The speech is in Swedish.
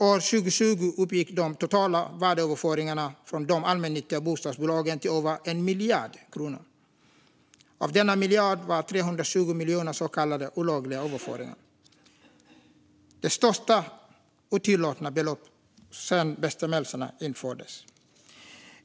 År 2020 uppgick de totala värdeöverföringarna från de allmännyttiga bostadsbolagen till över 1 miljard kronor. Av denna miljard var 320 miljoner så kallade olagliga överföringar, vilket är det största otillåtna beloppet sedan bestämmelserna infördes.